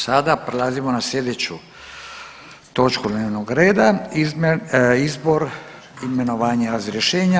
Sada prelazimo na slijedeću točku dnevnog reda: -Izbor, imenovanja, razrješenja.